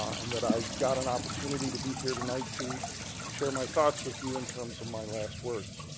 and that i got an opportunity to be here tonight to share my thoughts with you in terms of my last words.